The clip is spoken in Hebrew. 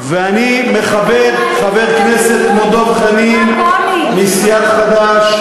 אני מכבד חבר כנסת כמו דב חנין מסיעת חד"ש,